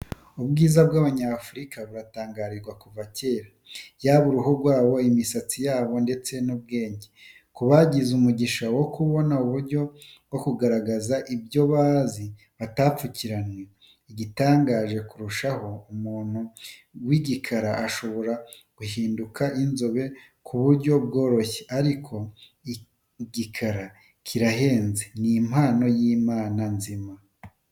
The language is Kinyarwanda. Ubwiza bw'Abanyafurika buratangarirwa kuva kera, yaba uruhu rwabo, imisatsi yabo ndetse n'ubwenge, ku bagize umugisha wo kubona uburyo bwo kugaragaza ibyo bazi batapfukiranwe, igitangaje kurushaho, umuntu w'igikara ashobora guhinduka inzobe ku buryo bworoshye ariko igikara kirahenze, ni impano y'Imana nzima.